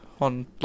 on